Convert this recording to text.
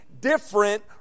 different